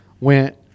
went